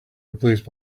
replaced